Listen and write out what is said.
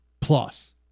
plus